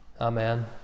Amen